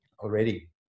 already